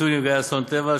פיצוי לנפגעי אסון טבע,